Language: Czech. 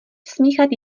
smíchat